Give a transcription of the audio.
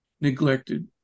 neglected